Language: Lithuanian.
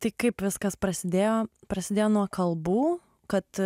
tai kaip viskas prasidėjo prasidėjo nuo kalbų kad